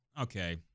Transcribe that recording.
okay